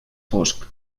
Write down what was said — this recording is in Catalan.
fosc